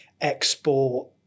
export